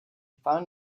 found